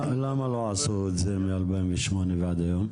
לבצע את --- למה לא עשו את זה מ-2008 ועד היום?